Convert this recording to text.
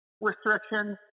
restrictions